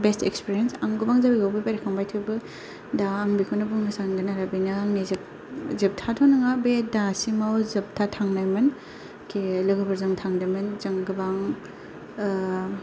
best experience आं गोबां जायगायावबो बेरायखांबाय थेवबो दा आं बेखौनो बुंनो सानगोन आरो बेनो आंनि जोबथाथ' नङा बे दासिमाव जोबथा थांनायमोन लोगोफोरजों थांदोंमोन जों गोबां ओ